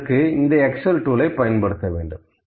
இதற்கு இந்த எக்ஸெல் பயன்படுத்த வேண்டும்